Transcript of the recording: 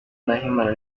nahimana